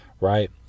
right